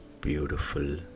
beautiful